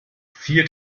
vier